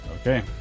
okay